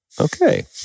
okay